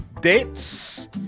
dates